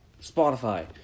Spotify